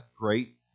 great